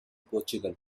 portugal